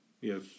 Yes